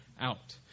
out